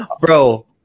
Bro